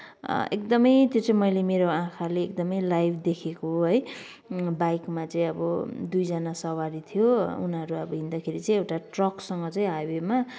एकदमै त्यो चाहिँ मैले मेरो आँखाले एकदमै लाइभ देखेको है बाइकमा चाहिँ अब दुईजना सवारी थियो उनीहरू अब हिँड्दाखेरि एउटा ट्रकसँग चाहिँ हाइवेमा